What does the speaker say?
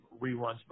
reruns